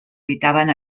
habitaven